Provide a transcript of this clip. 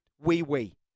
wee-wee